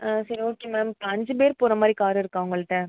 ஆ சரி okay ma'am இப்போ அஞ்சு பேர் போகிற மாதிரி காரு இருக்கா உங்கள்ட்ட